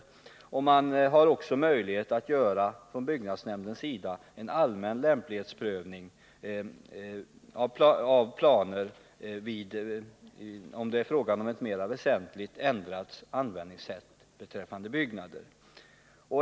Byggnadsnämnden får vidare möjlighet att göra en allmän lämplighetsprövning av planer, såvida det är fråga om ett väsentligt ändrat sätt att använda byggnader.